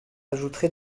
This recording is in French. ajouterait